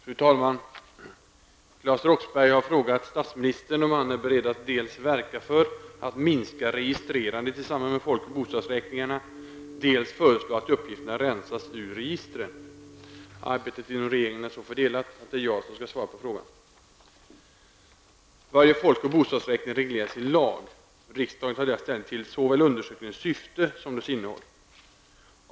Fru talman! Claes Roxbergh har frågat statsministern om han är beredd att dels verka för att minska registrerandet i samband med folk och bostadsräkningarna, dels föreslå att uppgifterna rensas ur registren. Arbetet inom regeringen är så fördelat att det är jag som skall svara på frågan. Varje folk och bostadsräkning regleras i lag. Riksdagen tar där ställning till såväl undersökningens syfte som dess innehåll.